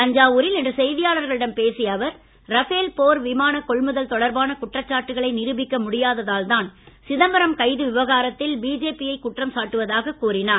தஞ்சாவூரில் இன்று செய்தியாளர்களிடம் பேசிய அவர் ரபேல் போர் விமானக் கொள்முதல் தொடர்பான குற்றச்சாட்டுகளை நிரூபிக்க முடியாததால்தான் சிதம்பரம் கைது விவகாரத்தில் பிஜேபி யைக் குற்றம் சாட்டுவதாக கூறினார்